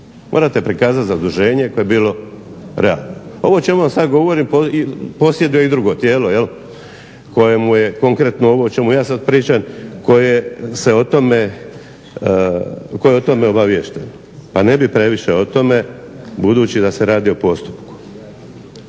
morate prikazati zaduženje koje je bilo realno. Ovo o čemu vam sada govorim posjeduje i drugo tijelo jel kojemu je konkretno ovo o čemu ja sada pričam koje je o tome obaviješteno pa ne bi previše o tome, budući da se radi o postupku.